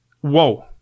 whoa